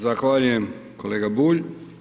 Zahvaljujem, kolega Bulj.